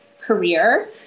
career